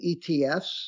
ETFs